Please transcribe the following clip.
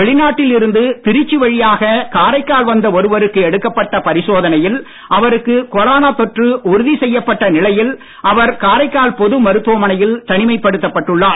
வெளிநாட்டில் இருந்து திருச்சி வழியாக காரைக்கால் வந்த ஒருவருக்கு எடுக்கப்பட்ட பரிசோதனையில் அவருக்கு கொரோனா தொற்று உறுதி செய்யப்பட்ட நிலையில் அவர் காரைக்கால் பொது மருத்துவமனையில் தனிமைப்படுத்தப் பட்டுள்ளார்